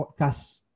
podcast